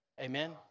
Amen